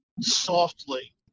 softly